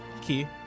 Key